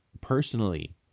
personally